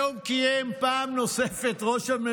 היום ראש הממשלה קיים פעם נוספת דיון